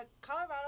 Colorado